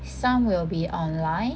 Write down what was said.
some will be online